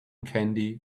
candy